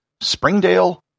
Springdale